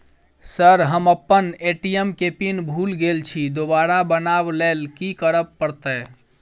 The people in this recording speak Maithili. सर हम अप्पन ए.टी.एम केँ पिन भूल गेल छी दोबारा बनाब लैल की करऽ परतै?